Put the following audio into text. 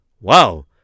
Wow